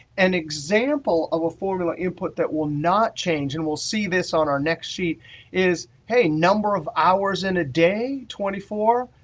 an example of a formula input that will not change and we'll see this on our next sheet is number of hours in a day, twenty four,